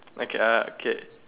okay uh okay